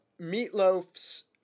meatloaf's